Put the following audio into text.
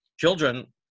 children